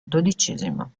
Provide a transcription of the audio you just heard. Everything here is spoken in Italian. dodicesimo